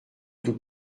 tout